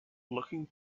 looking